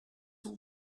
all